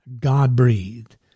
God-breathed